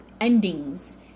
endings